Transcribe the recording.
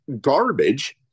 garbage